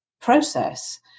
process